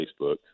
Facebook